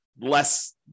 less